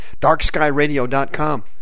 Darkskyradio.com